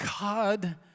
God